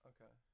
Okay